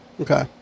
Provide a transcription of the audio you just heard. Okay